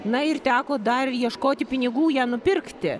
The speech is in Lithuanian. na ir teko dar ieškoti pinigų ją nupirkti